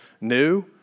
new